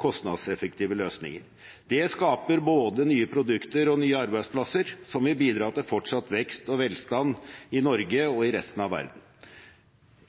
kostnadseffektive løsninger. Det skaper både nye produkter og nye arbeidsplasser, som vil bidra til fortsatt vekst og velstand i Norge og i resten av verden.